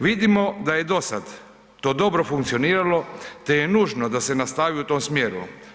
Vidimo da je dosad to dobro funkcioniralo, te je nužno da se nastavi u tom smjeru.